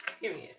Period